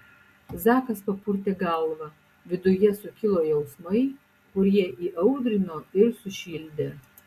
zakas papurtė galvą viduje sukilo jausmai kurie įaudrino ir sušildė